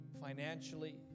financially